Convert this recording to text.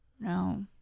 No